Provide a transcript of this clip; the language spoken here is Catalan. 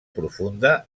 profunda